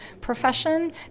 profession